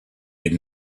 had